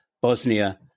Bosnia